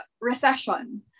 recession